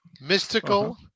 Mystical